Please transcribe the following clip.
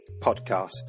Podcast